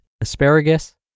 asparagus